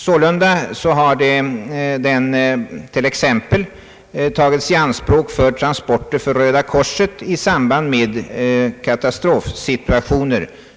Sålunda har den t.ex. tagits i anspråk för transporter för Röda Korset i samband med katastrofsituationer.